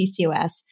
PCOS